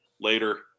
later